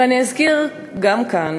ואני אזכיר גם כאן,